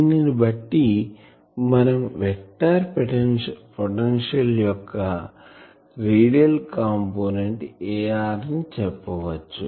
దీనిని బట్టి మనం వెక్టార్ పొటెన్షియల్ యొక్క రేడియల్ కాంపోనెంట్ Ar ని చెప్పవచ్చు